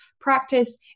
practice